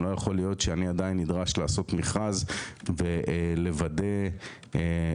לא יכול להיות שאני עדיין נדרש לעשות מכרז ולוודא על